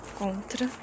contra